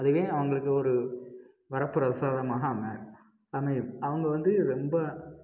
அதுவே அவங்களுக்கு ஒரு வரப்பிரசாதமாக அம அமையும் அவங்க வந்து ரொம்ப